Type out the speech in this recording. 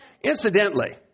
Incidentally